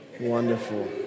Wonderful